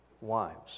Wives